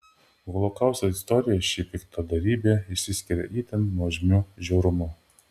holokausto istorijoje ši piktadarybė išsiskiria itin nuožmiu žiaurumu